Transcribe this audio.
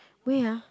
where ah